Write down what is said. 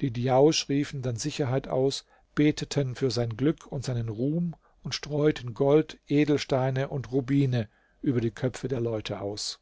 die djausch riefen dann sicherheit aus beteten für sein glück und seinen ruhm und streuten gold edelsteine und rubine über die köpfe der leute aus